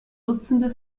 dutzende